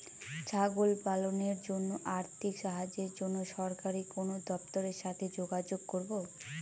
ছাগল পালনের জন্য আর্থিক সাহায্যের জন্য সরকারি কোন দপ্তরের সাথে যোগাযোগ করব?